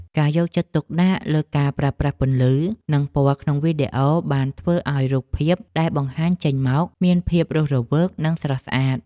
ការយកចិត្តទុកដាក់លើការប្រើប្រាស់ពន្លឺ និងពណ៌ក្នុងវីដេអូបានធ្វើឱ្យរូបភាពដែលបង្ហាញចេញមកមានភាពរស់រវើកនិងស្រស់ស្អាត។